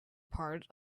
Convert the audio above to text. part